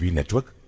Network